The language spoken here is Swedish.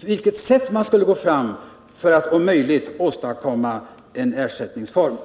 på vilket sätt man skulle gå fram för att om möjligt åstadkomma en ersättningsform.